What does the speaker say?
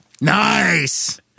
Nice